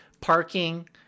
Parking